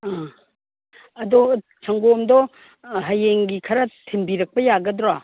ꯑꯥ ꯑꯗꯣ ꯁꯪꯒꯣꯝꯗꯣ ꯍꯌꯦꯡꯒꯤ ꯈꯔ ꯊꯤꯟꯕꯤꯔꯛꯄ ꯌꯥꯒꯗ꯭ꯔꯣ